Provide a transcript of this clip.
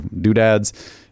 doodads